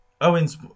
Owens